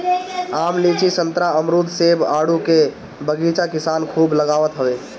आम, लीची, संतरा, अमरुद, सेब, आडू के बगीचा किसान खूब लगावत हवे